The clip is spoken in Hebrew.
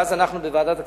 ואז אנחנו, בוועדת הכספים,